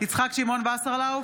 יצחק שמעון וסרלאוף,